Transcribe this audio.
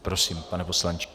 Prosím, pane poslanče.